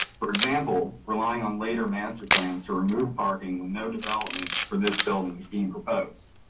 for example, relying on later master plans to remove parking, no development for this building scheme proposed.